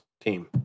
team